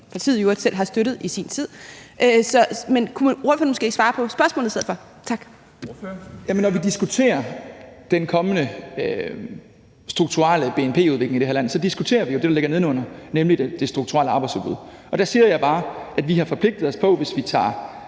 Ordføreren. Kl. 09:46 Christian Rabjerg Madsen (S): Jamen når vi diskuterer den strukturelle bnp-udvikling i det her land, diskuterer vi jo det, der ligger nedenunder, nemlig det strukturelle arbejdsudbud. Og der siger jeg bare, at vi har forpligtet os på, at hvis vi tager